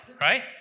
right